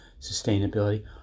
sustainability